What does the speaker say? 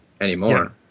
anymore